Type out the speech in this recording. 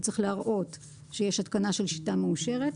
הוא צריך להראות שיש התקנה של שיטה מאושרת,